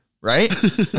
right